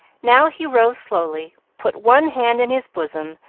now he rose slowly, put one hand in his bosom,